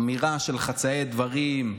אמירה של חצאי דברים,